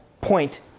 point